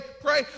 pray